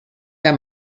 der